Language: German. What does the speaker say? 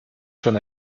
schon